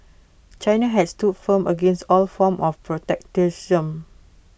China has stood firm against all forms of protectionism